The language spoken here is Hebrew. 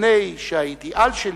מפני שהאידיאל שלי